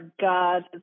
God